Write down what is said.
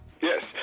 Yes